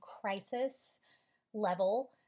crisis-level